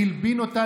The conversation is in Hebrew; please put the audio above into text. והלבין אותה,